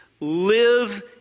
Live